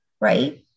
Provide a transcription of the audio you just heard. right